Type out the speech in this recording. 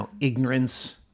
ignorance